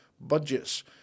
budgets